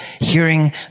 hearing